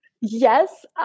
Yes